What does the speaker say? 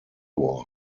war